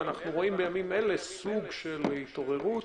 ואנחנו רואים בימים אלה סוג של התעוררות.